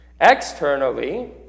Externally